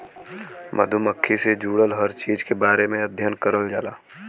मधुमक्खी से जुड़ल हर चीज के बारे में अध्ययन करल जाला